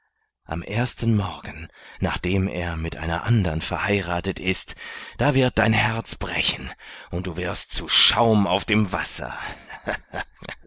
am ersten morgen nachdem er mit einer andern verheiratet ist da wird dein herz brechen und du wirst zu schaum auf dem wasser